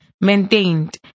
maintained